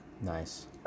Nice